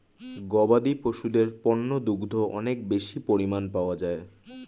গবাদি পশুদের পণ্য দুগ্ধ অনেক বেশি পরিমাণ পাওয়া যায়